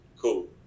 cool